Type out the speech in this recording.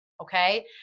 Okay